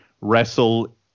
wrestle